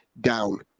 down